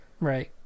Right